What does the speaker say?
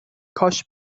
کاش